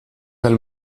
del